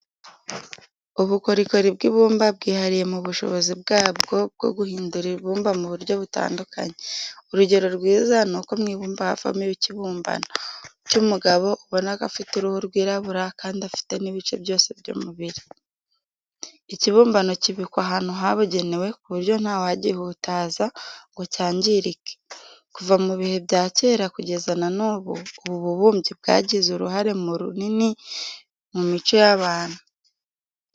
Ubukorikori bw'ibumba bwihariye mu bushobozi bwabo bwo guhindura ibumba mu buryo butandukanye. Urugero rwiza nuko mw'ibumba havamo ikibumbano cy'umugabo ubonako afite uruhu rwirabura kandi afite n'ibice byose by'umubiri. Ikibumbano kibikwa ahantu habugenewe kuburyo ntawagihutaza ngo cyangirike. Kuva mu bihe bya kera kugeza na n'ubu, ububumbyi bwagize uruhare runini mu mico y'abantu.